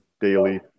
daily